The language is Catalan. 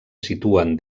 situen